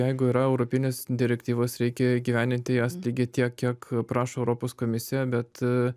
jeigu yra europinės direktyvos reikia įgyvendinti jas lygiai tiek kiek prašo europos komisija bet